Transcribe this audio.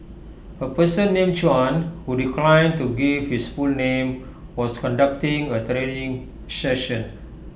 A person named Chuan who declined to give his full name was conducting A training session